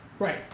Right